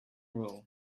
roll